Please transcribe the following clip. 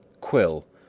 quill,